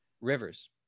rivers